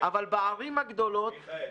אבל בערים הגדולות --- מיכאל,